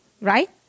right